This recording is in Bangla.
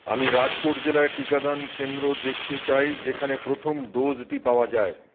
আমি রাজকোট জেলায় টিকাদান কেন্দ্র দেখতে চাই যেখানে প্রথম ডোজটি পাওয়া যায়